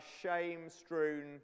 shame-strewn